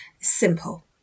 Simple